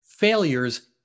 failures